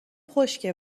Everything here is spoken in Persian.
خشکه